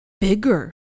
bigger